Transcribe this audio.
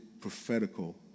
prophetical